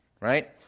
right